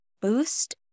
boost